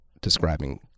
describing